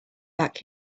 back